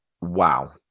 wow